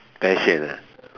passion ah